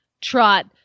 trot